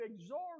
exhort